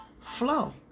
flow